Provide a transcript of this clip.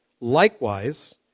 likewise